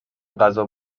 غذا